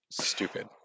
stupid